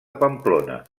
pamplona